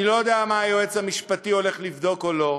אני לא יודע מה היועץ המשפטי הולך לבדוק או לא,